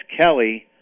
Kelly